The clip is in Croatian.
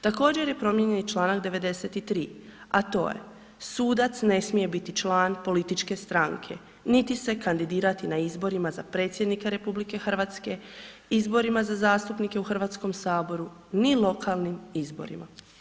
Također je promijenjen i Članak 93., a to je da sudac ne smije biti član političke stranke niti se kandidirati za predsjednika RH, izborima za zastupnike u Hrvatskom saboru, ni lokalnim izborima.